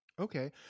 Okay